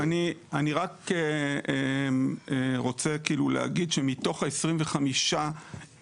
אני רק רוצה כאילו להגיד שמתוך 25 המפרטים